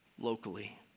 locally